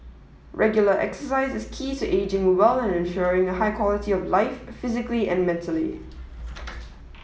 regular exercise is key to ageing well and ensuring a high quality of life physically and mentally